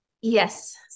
yes